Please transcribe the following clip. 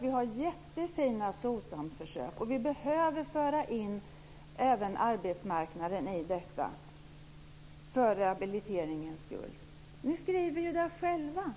Det finns jättebra Socsamförsök, och man behöver föra in även arbetsmarknaden för rehabiliteringens skull. Ni skriver ju det själva.